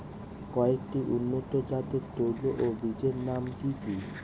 কয়েকটি উন্নত জাতের তৈল ও বীজের নাম কি কি?